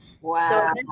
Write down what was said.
wow